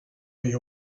you